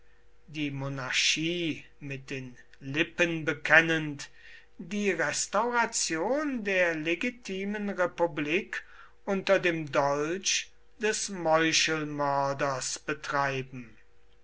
die monarchie mit den lippen bekennend die restauration der legitimen republik mit dem dolch des meuchelmörders betreiben